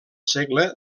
segle